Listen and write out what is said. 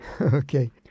Okay